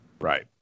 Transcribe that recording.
Right